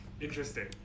Interesting